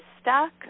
stuck